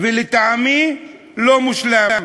ולטעמי לא מושלם.